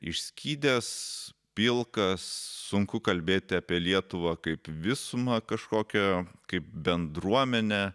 išskydęs pilkas sunku kalbėti apie lietuvą kaip visumą kažkokią kaip bendruomenę